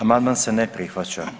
Amandman se ne prihvaća.